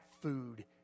food